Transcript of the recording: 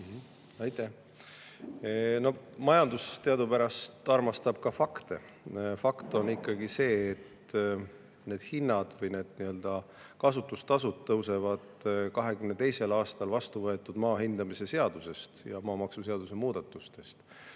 Aitäh! Majandus teadupärast armastab ka fakte. Fakt on ikkagi see, et need kasutustasud tõusevad [tulenevalt] 2022. aastal vastuvõetud maa hindamise seaduse ja maamaksuseaduse muudatustest.